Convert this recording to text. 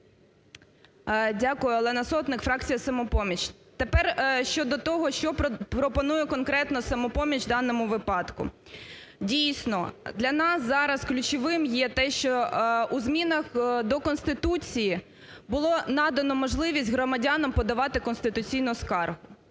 Дякую. Олена Сотник, фракція "Самопоміч". Тепер щодо того, що пропонує конкретно "Самопоміч" у даному випадку. Дійсно, для нас зараз ключовим є, що у змінах до Конституції була надана можливість громадянам подавати конституційну скаргу.